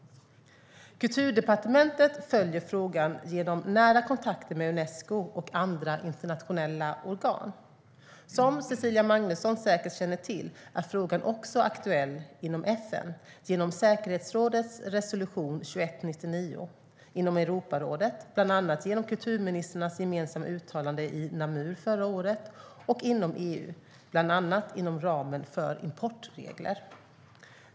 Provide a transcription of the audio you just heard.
Kulturdepartementet följer frågan genom nära kontakter med Unesco och andra internationella organ. Som Cecilia Magnusson säkert känner till är frågan aktuell också inom FN genom säkerhetsrådets resolution 2199, inom Europarådet, bland annat genom kulturministrarnas gemensamma uttalande i Namur förra året, och inom EU, bland annat inom ramen för importregler.